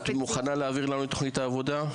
את מוכנה להעביר לנו את תוכנית העבודה לוועדה?